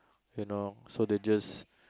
you know so they just